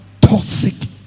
toxic